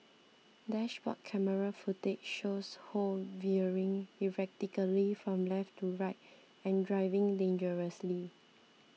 dashboard camera footage shows Ho veering erratically from left to right and driving dangerously